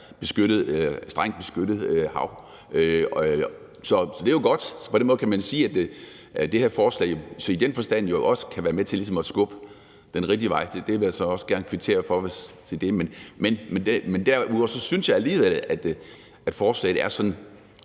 beskyttet hav. Så det er jo godt, og på den måde kan man sige, at det her forslag i den forstand også kan være med til at skubbe den rigtige vej, og det vil jeg så også gerne kvittere for. Men jeg synes alligevel, at forslaget er sådan